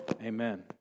amen